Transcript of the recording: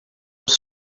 was